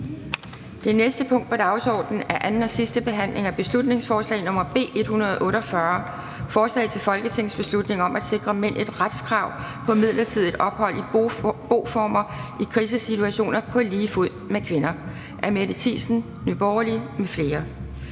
Det næste punkt på dagsordenen er: 43) 2. (sidste) behandling af beslutningsforslag nr. B 148: Forslag til folketingsbeslutning om at sikre mænd et retskrav på midlertidigt ophold i boformer i krisesituationer på lige fod med kvinder. Af Mette Thiesen (NB) m.fl.